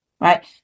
right